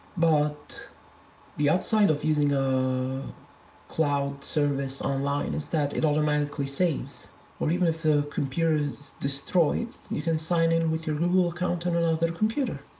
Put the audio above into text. but the upside of using a cloud service online is that it automatically saves even if the computer is destroyed, you can sign in with your google account on another computer.